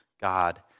God